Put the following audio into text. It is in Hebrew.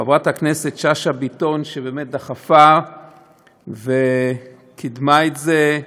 חברת הכנסת שאשא ביטון, שבאמת דחפה וקידמה את זה,